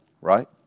right